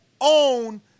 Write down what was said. own